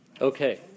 Okay